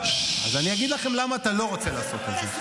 --- אז אני אגיד לכם למה אתה לא רוצה לעשות את זה.